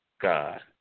God